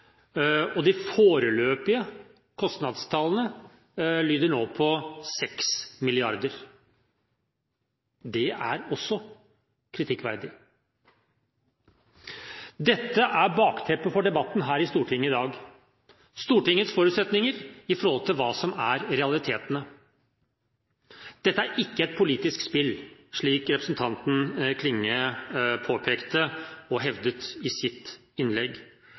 De foreløpige kostnadstallene lyder nå på 6 mrd. kr. Det er også kritikkverdig. Dette er bakteppet for debatten her i Stortinget i dag – Stortingets forutsetninger i forhold til hva som er realitetene. Dette er ikke et politisk spill, slik representanten Klinge påpekte og hevdet i sitt innlegg.